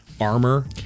armor